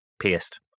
pierced